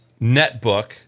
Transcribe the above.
netbook